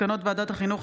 מסקנות ועדת החינוך,